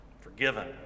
Forgiven